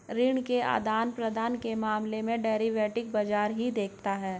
ऋण के आदान प्रदान के मामले डेरिवेटिव बाजार ही देखता है